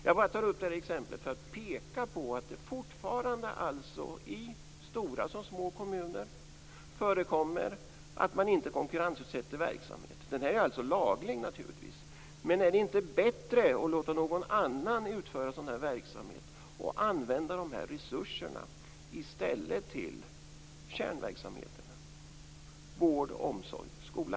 Jag tar bara upp det här exemplet för att peka på att det alltså fortfarande i stora som små kommuner förekommer att man inte konkurrensutsätter verksamhet. Det är naturligtvis lagligt, men är det inte bättre att låta någon annan utföra sådan här verksamhet och i stället använda resurserna till kärnverksamheterna, vård, omsorg och skola?